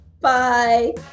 Bye